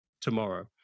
tomorrow